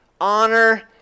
honor